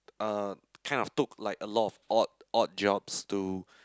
uh kind of took like a lot of odd odd jobs to